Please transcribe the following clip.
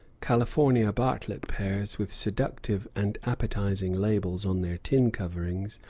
california bartlett pears, with seductive and appetizing labels on their tin coverings,